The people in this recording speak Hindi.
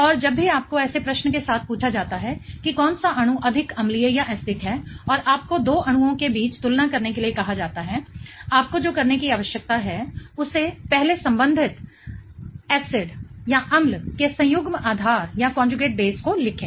और जब भी आपको ऐसे प्रश्न के साथ पूछा जाता है कि कौन सा अणु अधिक अम्लीय है और आपको दो अणुओं के बीच तुलना करने के लिए कहा जाता है आपको जो करने की आवश्यकता है उसे पहले संबंधित एसिडअम्ल के संयुग्म आधार को लिखें